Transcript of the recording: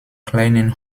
kleinen